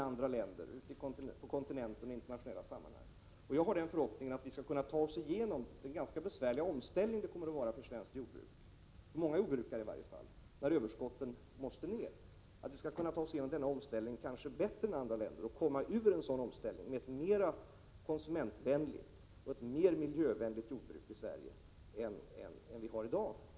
Jag har förhoppningen att vi i Sverige kanske bättre än andra länder skall kunna ta oss igenom den ganska besvärliga omställning som en minskning av överskotten kommer att innebära för stora delar av svenskt jordbruk, så att vi efter denna omställning kommer fram till ett jordbruk som är mer konsumentvänligt och miljövänligt än det är i dag.